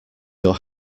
your